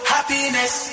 Happiness